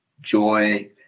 joy